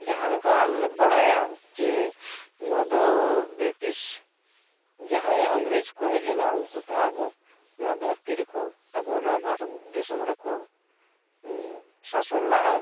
ᱡᱟᱦᱟᱸ ᱞᱮᱠᱟ ᱟᱞᱮᱞᱮ ᱵᱟᱲᱟᱭᱟ ᱡᱮ ᱱᱚᱣᱟ ᱫᱚ ᱵᱨᱤᱴᱤᱥ ᱡᱟᱦᱟᱸᱭ ᱤᱝᱨᱮᱡᱽ ᱠᱚ ᱦᱮᱡ ᱞᱮᱱᱟ ᱩᱱᱠᱩ ᱛᱮᱦᱚᱸ ᱟᱵᱚ ᱱᱚᱣᱟ ᱫᱷᱟᱹᱨᱛᱤ ᱨᱮᱠᱚ ᱟᱵᱚ ᱱᱚᱣᱟ ᱵᱷᱟᱨᱚᱛ ᱫᱤᱥᱚᱢ ᱨᱮᱠᱚ ᱥᱟᱥᱚᱱ ᱞᱟᱜᱼᱟ